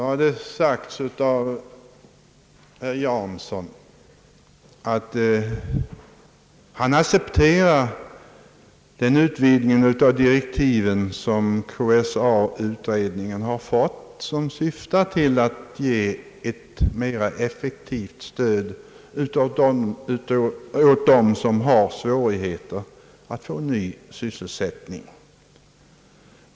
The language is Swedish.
Herr Jansson accepterar den utvidgning av direktiven för KSA-utredningen, som har skett i syfte att ge ett mer effektivt stöd åt dem som har svårigheter att få ny sysselsättning.